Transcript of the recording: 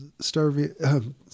starving